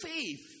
faith